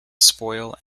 spoil